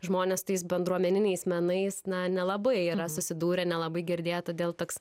žmonės tais bendruomeniniais menais na nelabai yra susidūrę nelabai girdėję todėl toks